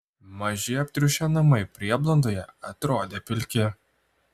maži aptriušę namai prieblandoje atrodė pilki